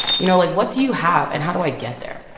you know? like, what do you have, and how do i get there?